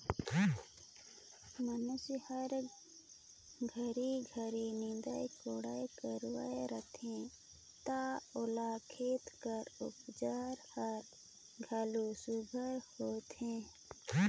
मइनसे हर घरी घरी निंदई कोड़ई करवात रहथे ता ओ खेत कर उपज हर घलो सुग्घर होथे